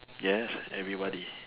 yes everybody